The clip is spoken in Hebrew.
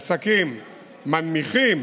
עסקים מנמיכים